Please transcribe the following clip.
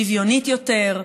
שוויונית יותר,